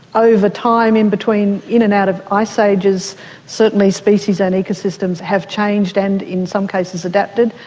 over time in-between in and out of ice ages certainly species and ecosystems have changed and, in some cases, adapted,